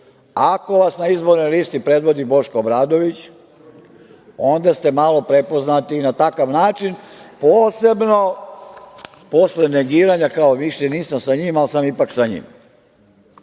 Ako vas na izbornoj listi predvodi Boško Obradović, onda ste malo prepoznati na takav način, posebno posle negiranja kao - više nisam sa njim, ali sam ipak sa njim. Dame